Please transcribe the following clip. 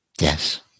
Yes